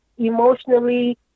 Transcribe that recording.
emotionally